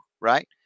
Right